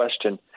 question